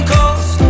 Coast